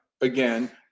again